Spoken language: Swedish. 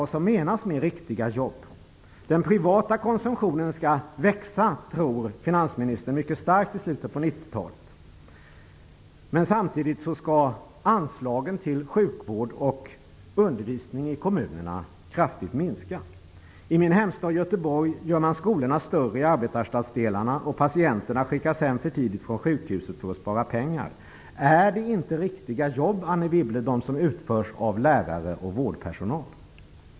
Men vad menas med riktiga jobb, finansministern? Den privata konsumtionen kommer att växa mycket starkt i slutet av 1990 talet, tror finansministern. Men samtidigt skall anslagen till sjukvård och kommunal utbildning kraftigt minskas! Är det jobb som lärare och vårdpersonal utför, Anne Wibble, inga ''riktiga jobb''? I min hemstad Göteborg gör man skolorna större i arbetarstadsdelarna och patienterna skickas hem för tidigt från sjukhusen för att spara pengar. Det kommer att kosta samhället mångdubbelt mer i framtiden än de kortsiktiga besparingar som i dag görs kostar.